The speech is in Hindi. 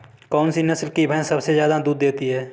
कौन सी नस्ल की भैंस सबसे ज्यादा दूध देती है?